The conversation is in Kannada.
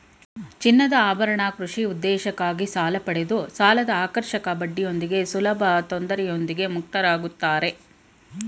ಚಿನ್ನದಆಭರಣ ಕೃಷಿ ಉದ್ದೇಶಕ್ಕಾಗಿ ಸಾಲಪಡೆದು ಸಾಲದಆಕರ್ಷಕ ಬಡ್ಡಿಯೊಂದಿಗೆ ಸುಲಭತೊಂದರೆಯೊಂದಿಗೆ ಮುಕ್ತರಾಗುತ್ತಾರೆ